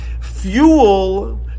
fuel